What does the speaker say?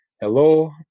hello